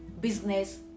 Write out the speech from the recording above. business